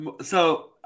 so-